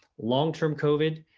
long-term covid,